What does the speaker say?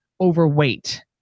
overweight